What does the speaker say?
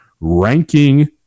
ranking